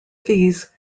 these